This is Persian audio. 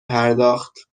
پرداخت